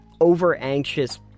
over-anxious